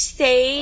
say